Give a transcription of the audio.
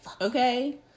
Okay